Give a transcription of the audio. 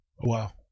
Wow